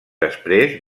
després